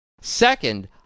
Second